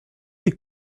les